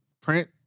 print